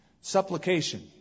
Supplication